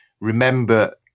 remember